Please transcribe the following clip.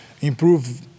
improve